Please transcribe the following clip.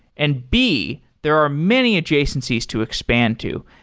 and b, there are many adjacencies to expand to.